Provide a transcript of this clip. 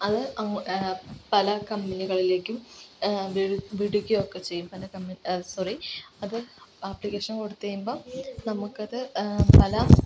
അത് ആ പല കമ്പനികളിലേക്കും വിൽ വിടുകയൊക്കെ ചെയ്യും പല കമ്പനി സോറി അപ്പോൾ അപ്ലിക്കേഷൻ കൊടുത്തു കഴിയുമ്പോ നമുക്കത് പല